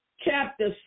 chapter